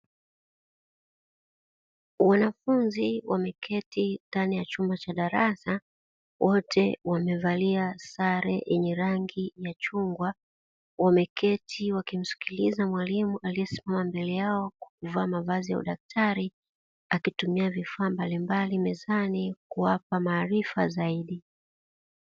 Wanafunzi wameketi ndani ya chumba cha darasa wote wamevalia sare yenye rangi ya chungwa, wameketi kumsikiliza mwalimu aliyesimama mbele yao aliyevaa mavazi ya udaktari wakitumia vifaa mbalimbali mezani kuwapa maarifa zaidi.